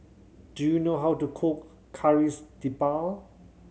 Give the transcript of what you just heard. do you know how to cook Kari'S debal